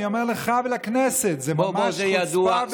אני אומר לך ולכנסת: זה ממש חוצפה,